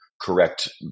correct